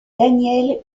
daniel